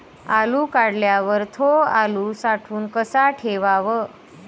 आलू काढल्यावर थो आलू साठवून कसा ठेवाव?